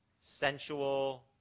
sensual